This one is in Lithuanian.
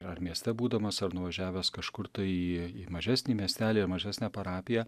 ar mieste būdamas ar nuvažiavęs kažkur tai į į mažesnį miestelį ar mažesnę parapiją